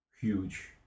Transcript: huge